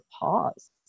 pause